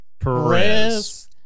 Perez